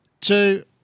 Two